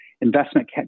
investment